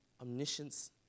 Omniscience